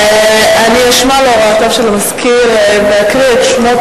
אשמע להוראותיו של המזכיר ואקריא את שמות